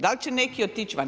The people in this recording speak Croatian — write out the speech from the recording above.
Dal će neki otići van?